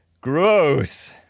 Gross